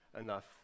enough